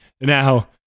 Now